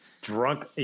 Drunk